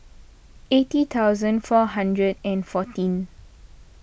eighty thousand four hundred and fourteen